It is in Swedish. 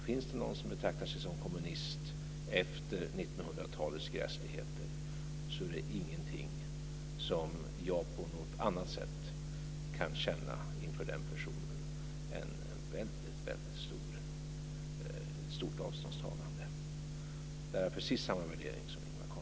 Finns det någon som betraktar sig som kommunist efter 1900-talets gräsligheter, kan jag inför den personen inte känna något annat än ett väldigt stort avståndstagande. Där har jag precis samma värdering som Ingvar Carlsson.